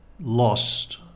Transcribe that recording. lost